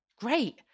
great